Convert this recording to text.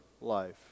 life